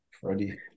Freddie